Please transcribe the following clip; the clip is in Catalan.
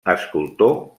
escultor